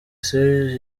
serge